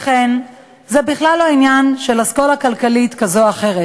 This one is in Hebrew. לכן זה בכלל לא עניין של אסכולה כלכלית כזו או אחרת,